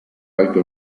acto